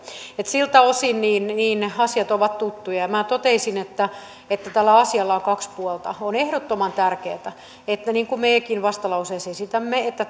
siltä osin asiat ovat tuttuja minä totesin että tällä asialla on kaksi puolta on ehdottoman tärkeää nähdä niin kuin mekin vastalauseessa esitämme että